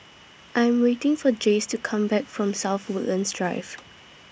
I Am waiting For Jayce to Come Back from South Woodlands Drive